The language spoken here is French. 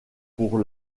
pour